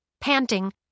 Panting